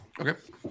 okay